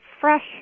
fresh